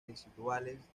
residuales